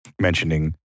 mentioning